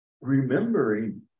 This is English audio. remembering